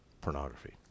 pornography